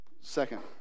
second